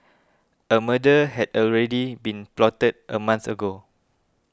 a murder had already been plotted a month ago